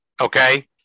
Okay